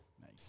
Nice